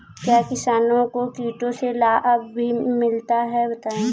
क्या किसानों को कीटों से लाभ भी मिलता है बताएँ?